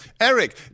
Eric